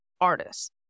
artists